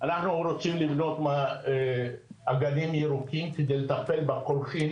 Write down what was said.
אנחנו רוצים לבנות עגנים ירוקים על מנת לטפל בקולחים